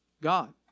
God